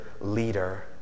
leader